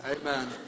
Amen